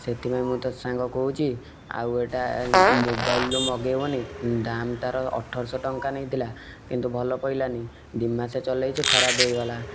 ସେଥିପାଇଁ ମୁଁ ତ ସାଙ୍ଗ କହୁଛି ଆଉ ଏଇଟା ମୋବାଇଲରୁ ମଗେଇବନି ଦାମ୍ ତାର ଅଠରଶହ ଟଙ୍କା ନେଇଥିଲା କିନ୍ତୁ ଭଲ ପଇଲାନି ଦୁଇ ମାସେ ଚଲେଇଛି ଖରାପ ହେଇଗଲା